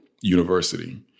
University